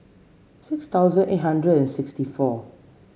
six thousand eight hundred and sixty four